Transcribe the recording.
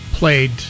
played